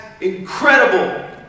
incredible